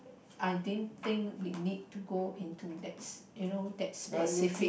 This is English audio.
I didn't think we need to go into that you know that specific